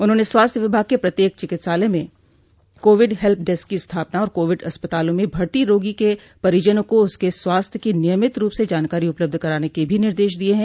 उन्होंने स्वास्थ्य विभाग के प्रत्येक चिकित्सालय में कोविड हेल्प डेस्क की स्थापना और कोविड अस्पतालों में भर्ती रोगी के परिजनों को उसके स्वास्थ्य की नियमित रूप से जानकारी उपलब्ध कराने के भी निर्देश दिये हैं